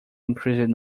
increasing